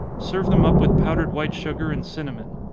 serve them up with powdered white sugar and cinnamon.